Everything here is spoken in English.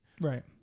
Right